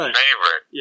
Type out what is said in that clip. favorite